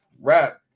rap